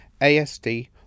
ASD